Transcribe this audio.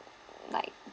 like